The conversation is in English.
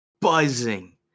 buzzing